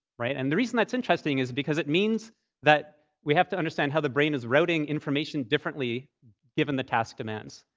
right? and the reason that's interesting is because it means that we have to understand how the brain is routing information differently given the task demands,